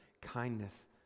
kindness